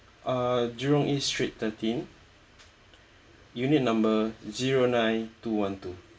uh jurong east street thirteen unit number zero nine two one two